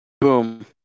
Boom